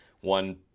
one